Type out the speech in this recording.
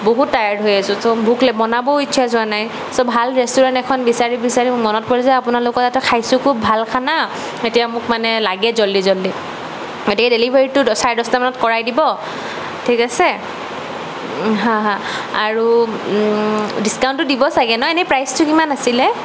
বহুত টায়াৰ্ড হৈ আছো চৌ ভোক বনাৱও ইচ্ছা যোৱা নাই চৌ ভাল ৰেষ্টুৰেণ্ট এখন বিচাৰি বিচাৰি মোৰ মনত পৰিল যে আপোনালোকৰ ইয়াতো খাইছোঁ খুব ভাল খানা এতিয়া মোক মানে লাগে জল্দি জল্দি গতিকে ডেলিভাৰীটো দহ চাৰে দহটামানত কৰাই দিব ঠিক আছে হাঁ হাঁ আৰু ডিচকাউণ্টো দিব চাগৈ ন এনেই প্ৰাইছটো কিমান আছিলে